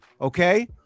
okay